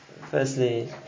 firstly